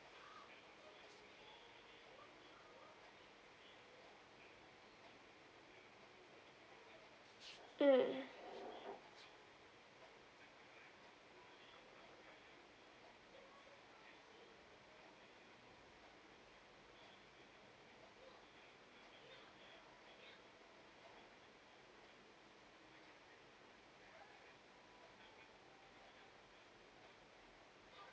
mm